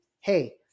hey